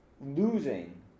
losing